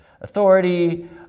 authority